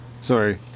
Sorry